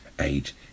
age